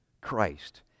Christ